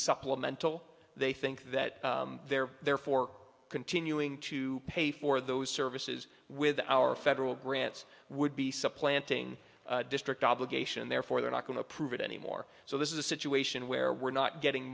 supplemental they think that they're there for continuing to pay for those services with our federal grants would be supplanting district obligation therefore they're not going to approve it anymore so this is a situation where we're not getting